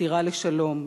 וחתירה לשלום.